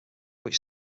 which